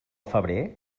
febrer